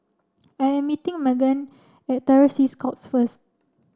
I am meeting Meghan at Terror Sea Scouts first